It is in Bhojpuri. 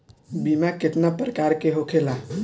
बीमा केतना प्रकार के होखे ला?